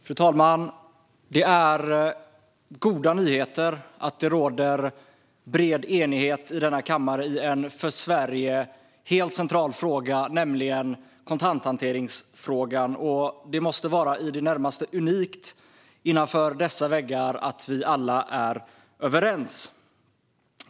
Fru talman! Det är goda nyheter att det i en för Sverige helt central fråga, kontanthanteringsfrågan, råder bred enighet i denna kammare. Det måste vara i det närmaste unikt att vi alla innanför dessa väggar är överens.